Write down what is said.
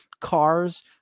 cars